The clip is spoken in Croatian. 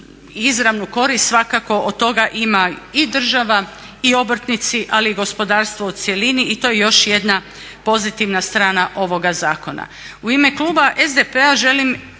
Izravnu korist svakako od toga ima i država i obrtnici, ali i gospodarstvo u cjelini i to je još jedna pozitivna strana ovoga zakona. U ime kluba SDP-a želim